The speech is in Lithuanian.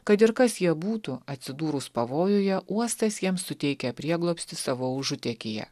kad ir kas jie būtų atsidūrus pavojuje uostas jiems suteikia prieglobstį savo užutekyje